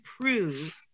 prove